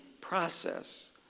process